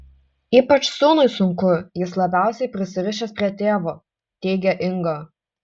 ypač sūnui sunku jis labiausiai prisirišęs prie tėvo teigė inga